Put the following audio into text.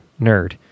nerd